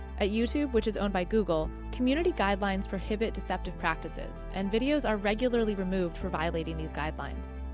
at youtube, which is owned by google, community guidelines prohibit deceptive practices and videos are regularly removed for violating these guidelines.